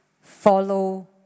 Follow